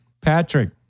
Patrick